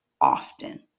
often